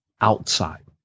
outside